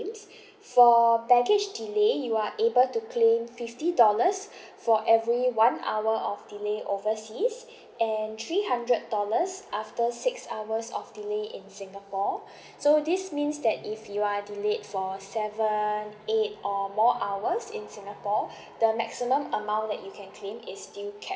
for baggage delay you are able to claim fifty dollars for every one hour of delay overseas and three hundred dollars after six hours of delay in singapore so this means that if you are delayed for seven eight or more hours in singapore the maximum amount that you can claim is still